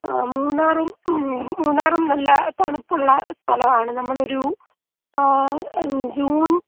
ആ മൂന്നാറും മൂന്നാറും നല്ല തണുപ്പുള്ള സ്ഥലമാണ് നമ്മളൊരു ജൂൺ